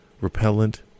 repellent